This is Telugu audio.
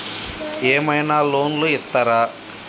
ఏమైనా లోన్లు ఇత్తరా?